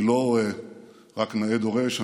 אני לא רק נאה דורש,